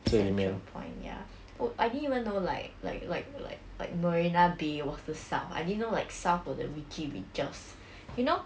central point ya oh I didn't even know like like like like like marina bay was the south I didn't know like south got the richie riches you know